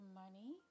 money